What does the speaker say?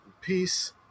Peace